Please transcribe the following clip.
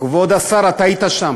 כבוד השר, אתה היית שם,